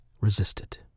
resisted